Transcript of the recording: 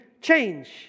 change